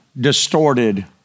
distorted